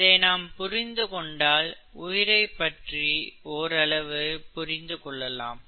இதை நாம் புரிந்துகொண்டால் உயிரைப் பற்றி ஓரளவு புரிந்து கொள்ளலாம்